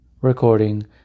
recording